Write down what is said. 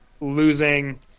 losing